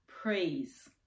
praise